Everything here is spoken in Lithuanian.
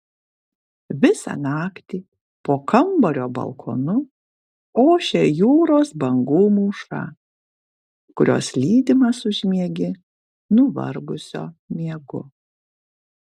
visą naktį po kambario balkonu ošia jūros bangų mūša kurios lydimas užmiegi nuvargusio miegu